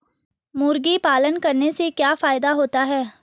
मुर्गी पालन करने से क्या फायदा होता है?